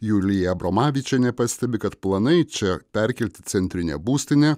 julija abromavičienė pastebi kad planai čia perkelti centrinę būstinę